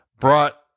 brought